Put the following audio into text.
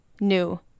new